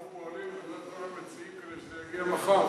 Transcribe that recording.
אנחנו פועלים --- כל המציעים כדי שזה יגיע מחר,